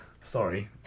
Sorry